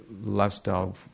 lifestyle